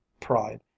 pride